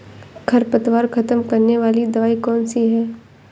खरपतवार खत्म करने वाली दवाई कौन सी है?